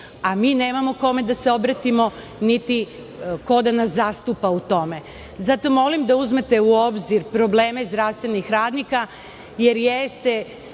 a mi nemamo kome da se obratimo, niti ko da nas zastupa u tome. Zato molim da uzmete u obzir probleme zdravstvenih radnika, jer jeste